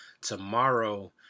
tomorrow